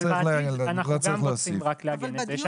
אבל בעתיד אנחנו גם רוצים רק להגיד את זה.